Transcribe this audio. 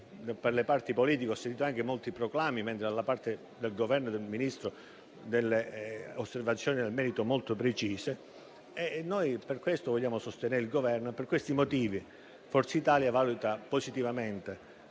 per le parti politiche; ho sentito molti proclami, mentre dalla parte del Governo e del Ministro delle osservazioni nel merito molto precise. Noi vogliamo sostenere il Governo e per questi motivi Forza Italia valuta positivamente